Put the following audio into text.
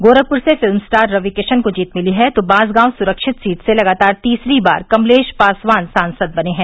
गोरखपुर से film star Ravi Kishan को जीत मिली है तो बांसगांव सुरक्षित सीट से लगातार तीसरी बार कमलेश पासवान सांसद बने हैं